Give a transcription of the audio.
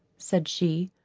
said she.